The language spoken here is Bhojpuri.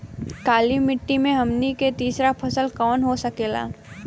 काली मिट्टी में हमनी के तीसरा फसल कवन हो सकेला?